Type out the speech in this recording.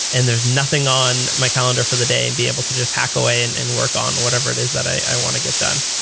and there's nothing on my calendar for the day and being able to just hack away and and work on whatever it is that i want to get done.